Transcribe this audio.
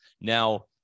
Now